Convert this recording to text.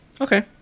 Okay